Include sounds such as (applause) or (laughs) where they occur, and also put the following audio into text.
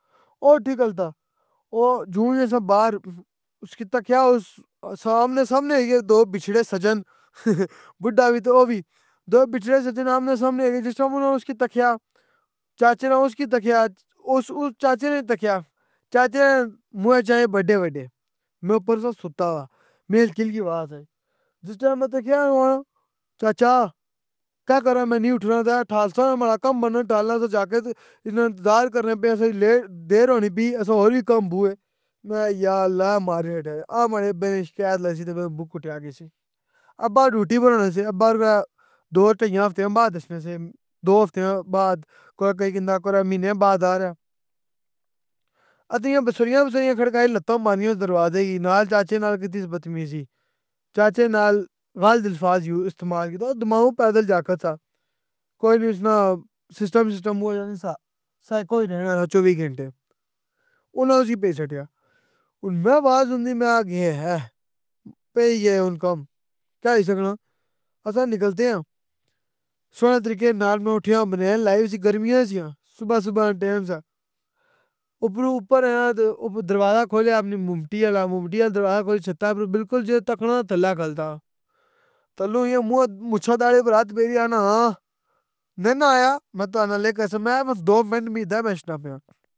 او اٹھی کھلتا, او جوں ای اساں باہر اُسکی تکیا آمنے سامنے ہوئی گئے دو بچھڑے سجن (laughs) بڈا وی تہ او وی دو بچھڑے سجن آمنے سامنے ایک (unintelligible) اسکی تکیا, چاچے نے اُسکی تکیا اُس اُس چاچے نے تکیا, چاچے موۓ چائے بڈے بڈے, میں اپر ساں ستا وا, مکی ہلکی ہلکی آواز آئی, جِس ٹیم میں تکیا (unintelligible) چاچا کے کراں میں نئی اُٹھنا تہ اٹھاساں ماڑا کام بننا ٹالنا سہ جاکت اسنا انتظار کرنے پے سہ دیر ہونی پی اساں اور وی کام بوئے, میں اخیا یا اللّٰہ مارے (unintelligible) اے ماڑے ابے کی شکیت لاسی تہ فر ابو کٹیا گسی, ابّا ڈیوٹی پر ہونا سی ابّا (unintelligible) دو تیاں ہفتیاں بعد اشنے سے, دو ہفتیاں بعد کوئی کئی گننا کورا مهینیاں بعد آریا۔ اساں بیسوریاں بیسوریاں کھڑکایں لتان مارنیوس دروازے کی نال چاچے نال کیتی بتمیزی چاچے نال غلط الفاظ یوز استعمال کیتے او دماغو پیدل جاکت آ, کوئی وی اُسنا سسٹم وسٹم (unintelligible) سائکو ای رہنا وا چووی گھنٹے, اوناں اُسکی پیج چھڈیا, میں آواز سنی میں کیا ہے پي گیا ہن کم, کے ہوئی سکنا, اساں نکلتے آں۔ سوہنے طریقے نال میں اٹھیا بنین لائی ہوئی سی گرمیاں سیاں, صبح صبح نہ ٹیم سہ, اُپر آیا تہ دروازہ کھولیا اپنی ممٹی آلا ممٹی آلا دروازہ کھولی چھتا اُپر بالکل جہ تکنا تھلے کھلتا۔ تھلوں ای اے موۓ مُچھاں داڑھی اپر ہاتھ پھیری آخنا ہاں, نئ نہ آیا میں تاڑے نال اے کرساں میں اخيا بس دو منٹ مکی دے میں اشنا پیاں۔